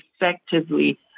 effectively